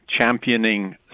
championing